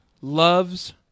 loves